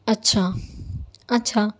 اچھا اچھا